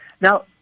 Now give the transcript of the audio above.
Now